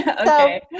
Okay